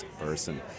person